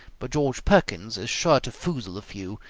but george perkins is sure to foozle a few,